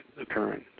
occurring